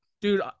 dude